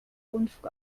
unfug